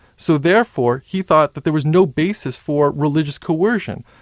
so therefore he thought that there was no basis for religious coercion.